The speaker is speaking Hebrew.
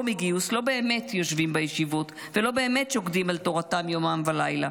מגיוס לא באמת יושבים בישיבות ולא באמת שוקדים על תורתם יומם ולילה.